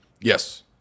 Yes